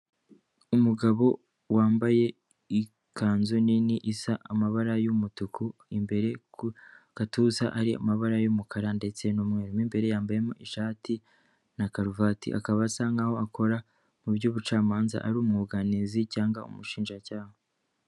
Umugabo wambaye ikanzu nini isa amabara y'umutuku, imbere ku gatuza ari amabara y'umukara ndetse n'umweru, imbere yambayemo ishati na karuvati akaba asa nkaho akora mu by'ubucamanza ari umwuganizi cyangwa umushinjacyaha.